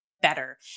better